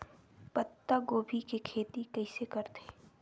पत्तागोभी के खेती कइसे करथे?